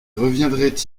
reviendrait